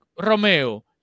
Romeo